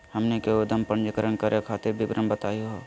हमनी के उद्यम पंजीकरण करे खातीर विवरण बताही हो?